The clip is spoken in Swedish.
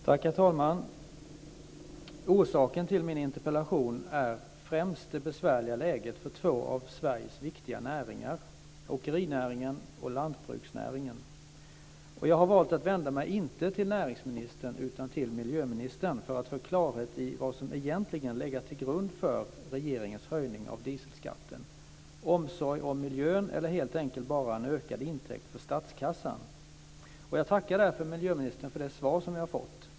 Herr talman! Orsaken till min interpellation är främst det besvärliga läget för två av Sveriges viktiga näringar: åkerinäringen och lantbruksnäringen. Jag har valt att vända mig inte till näringsministern utan till miljöministern för att få klarhet i vad som egentligen legat till grund för regeringens höjning av dieselskatten - omsorg om miljön eller helt enkelt bara en ökad intäkt för statskassan. Jag tackar därför miljöministern för det svar som jag har fått.